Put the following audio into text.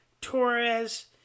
Torres